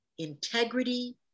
integrity